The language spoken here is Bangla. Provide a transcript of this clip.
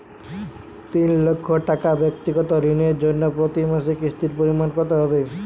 তিন লক্ষ টাকা ব্যাক্তিগত ঋণের জন্য প্রতি মাসে কিস্তির পরিমাণ কত হবে?